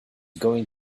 going